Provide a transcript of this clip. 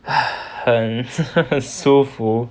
很舒服